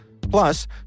Plus